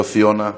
יוסי יונה,